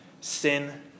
sin